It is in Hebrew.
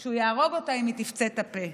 שהוא יהרוג אותה אם היא תפצה את הפה.